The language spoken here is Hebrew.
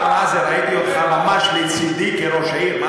ראיתי אותך ממש לצדי כראש עיר.